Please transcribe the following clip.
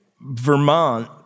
Vermont